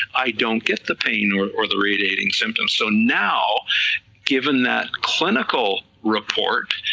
i don't get the pain or or the radiating symptoms, so now given that clinical report,